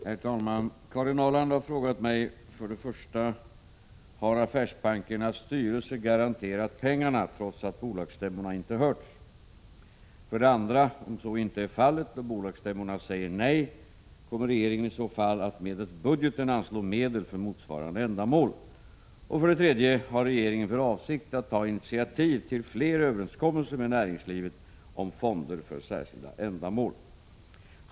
Herr talman! Karin Ahrland har frågat mig: 1. Har affärsbankernas styrelser garanterat pengarna trots att bolagsstämmorna inte hörts? 2. Om så inte är fallet och bolagsstämmorna säger nej, kommer regeringen i så fall att medelst budgeten anslå medel för motsvarande ändamål? 3. Har regeringen för avsikt att ta initiativ till fler övenskommelser med näringslivet om fonder för särskilda ändamål?